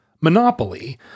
monopoly